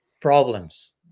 problems